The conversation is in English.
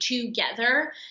together